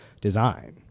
design